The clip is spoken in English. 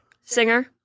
singer